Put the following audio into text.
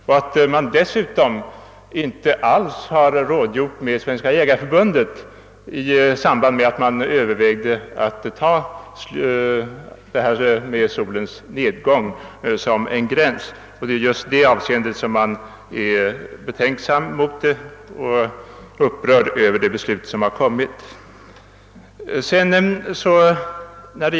Dessutom har man inte alls rådgjort med Svenska jägareförbundet i samband med att man övervägde att fastställa solens nedgång som en gräns. Det är bl.a. i det avseendet som jag är betänksam mot för att inte säga upprörd över det beslut som har fattats.